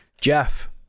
Jeff